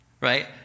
right